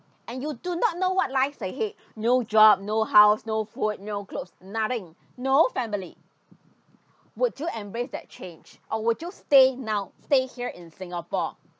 and you do not know what lies ahead no job no house no food no clothes nothing no family would you embrace that change or would you stay now stay here in singapore